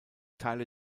teile